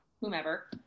whomever